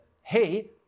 hey